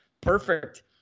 perfect